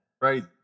Crazy